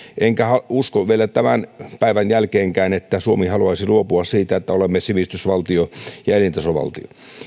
enkä usko vielä tämän päivän jälkeenkään että suomi haluaisi luopua siitä että olemme sivistysvaltio ja elintasovaltio